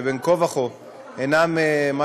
שבין כה וכה אינם כרגע,